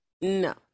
No